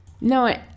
No